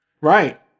right